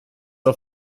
auf